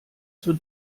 zur